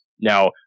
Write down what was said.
Now